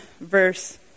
verse